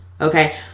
okay